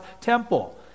temple